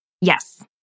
Yes